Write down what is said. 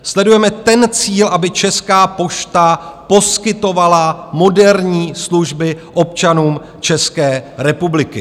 Sledujeme ten cíl, aby Česká pošta poskytovala moderní služby občanům České republiky.